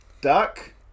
Duck